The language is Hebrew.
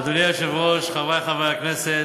אדוני היושב-ראש, חברי חברי הכנסת,